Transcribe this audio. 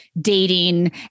dating